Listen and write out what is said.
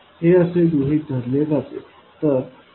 हे असे गृहीत धरले जाते